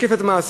שיקף את מעשיו.